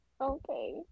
Okay